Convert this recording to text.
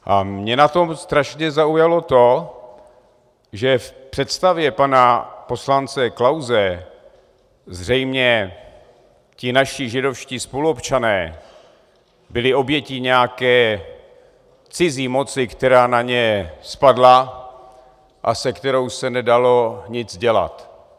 A mě na tom strašně zaujalo to, že v představě pana poslance Klause zřejmě ti naši židovští spoluobčané byli obětí nějaké cizí moci, která na ně spadla a se kterou se nedalo nic dělat.